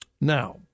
Now